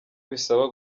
bisaba